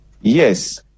Yes